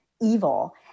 evil –